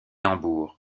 hambourg